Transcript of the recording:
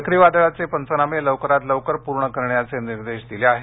चक्रीवादळाचे पंचनामे लवकरात लवकर पूर्ण करण्याचे निर्देश दिले आहेत